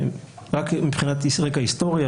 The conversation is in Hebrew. מבחינת רקע היסטורי,